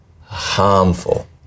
harmful